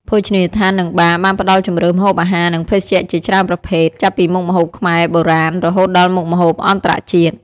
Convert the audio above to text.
ភោជនីយដ្ឋាន និងបារ បានផ្ដល់ជម្រើសម្ហូបអាហារ និងភេសជ្ជៈជាច្រើនប្រភេទ ចាប់ពីមុខម្ហូបខ្មែរបុរាណ រហូតដល់មុខម្ហូបអន្តរជាតិ។